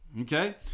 okay